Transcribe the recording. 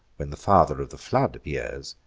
when the father of the flood appears,